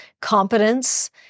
competence